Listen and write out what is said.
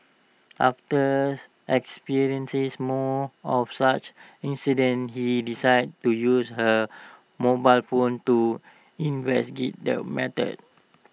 after experiencing more of such incidents she decided to use her mobile phone to the matter